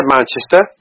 Manchester